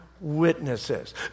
witnesses